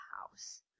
house